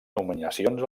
nominacions